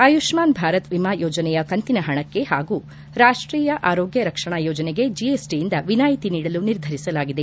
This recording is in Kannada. ಆಯುಷ್ನಾನ್ ಭಾರತ್ ವಿಮಾ ಯೋಜನೆಯ ಕಂತಿನ ಹಣಕ್ಕೆ ಹಾಗೂ ರಾಷ್ನೀಯ ಆರೋಗ್ಯ ರಕ್ಷಣಾ ಯೋಜನೆಗೆ ಜಿಎಸ್ಟಿಯಿಂದ ವಿನಾಯಿತಿ ನೀಡಲು ನಿರ್ಧರಿಸಲಾಗಿದೆ